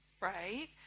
Right